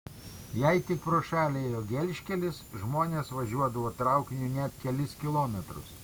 jei tik pro šalį ėjo gelžkelis žmonės važiuodavo traukiniu net kelis kilometrus